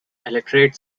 electorate